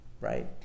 right